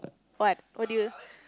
what what do you